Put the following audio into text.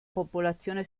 popolazione